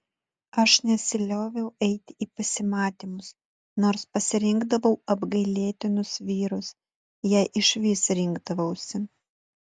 aš nesilioviau eiti į pasimatymus nors pasirinkdavau apgailėtinus vyrus jei išvis rinkdavausi